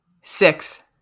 Six